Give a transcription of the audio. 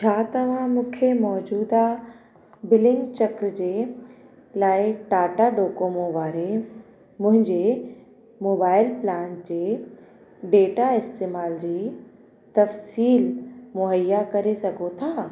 छा तव्हां मूंखे मौजूदा बिलिंग चक्र जे लाइ टाटा डोकोमो वारे मुंहिंजे मोबाइल प्लान जे डेटा इस्तेमाल जी तफ़्सीलु मुहैया करे सघो था